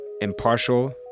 Impartial